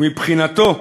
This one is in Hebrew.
מבחינתו,